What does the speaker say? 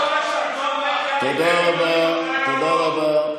תודה רבה.